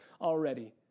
already